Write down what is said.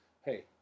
hey